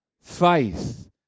Faith